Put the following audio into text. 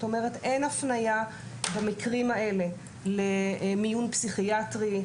זאת אומרת אין הפניה במקרים האלה למיון פסיכיאטרי.